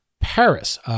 Paris